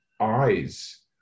eyes